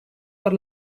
per